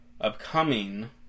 upcoming